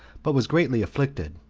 but was greatly afflicted,